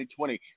2020